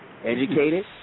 Educated